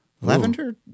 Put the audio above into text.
Lavender